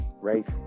right